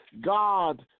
God